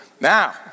Now